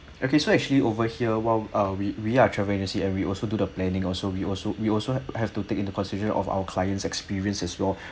okay so actually over here while uh we we are travel agency and we also do the planning also we also we also have to take into consideration of our client's experience as well